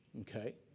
Okay